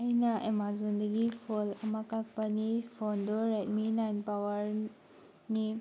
ꯑꯩꯅ ꯑꯥꯃꯥꯖꯣꯟꯗꯒꯤ ꯐꯣꯟ ꯑꯃ ꯀꯛꯄꯅꯤ ꯐꯣꯟꯗꯨ ꯔꯦꯗꯃꯤ ꯅꯥꯏꯟ ꯄꯋꯥꯔꯅꯤ